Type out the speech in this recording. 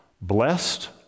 Blessed